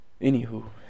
Anywho